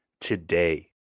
today